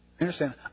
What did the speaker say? Understand